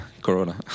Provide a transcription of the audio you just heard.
Corona